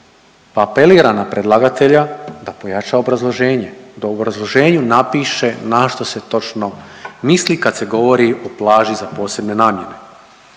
Apeliram na predlagatelja da pojača obrazloženje, da u obrazloženju napiše na što se točno misli kad se govori o plaži za posebne namjene.